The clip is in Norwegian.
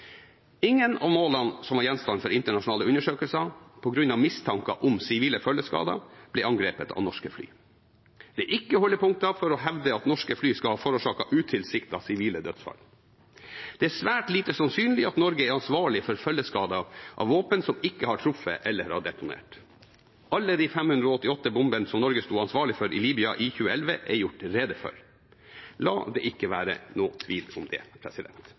Ingen av målene som var gjenstand for internasjonal undersøkelse på grunn av mistanker om sivile følgeskader, ble angrepet av norske fly. Det er ikke holdepunkter for å hevde at norske fly skal ha forårsaket utilsiktede sivile dødsfall. Det er svært lite sannsynlig at Norge er ansvarlig for følgeskader av våpen som ikke har truffet eller har detonert. Alle de 588 bombene som Norge sto ansvarlig for i Libya i 2011, er gjort rede for. La det ikke være noen tvil om det.